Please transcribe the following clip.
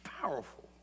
powerful